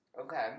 okay